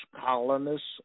colonists